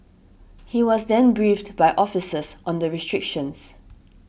he was then briefed by officers on the restrictions